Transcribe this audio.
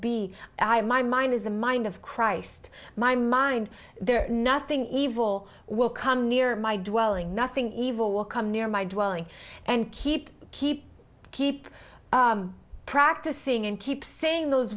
be my mind is the mind of christ my mind there nothing evil will come near my due welling nothing evil will come near my dwelling and keep keep keep practicing and keep saying those